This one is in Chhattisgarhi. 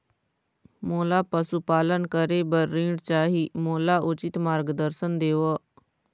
मोला पशुपालन करे बर ऋण चाही, मोला उचित मार्गदर्शन देव?